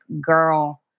girl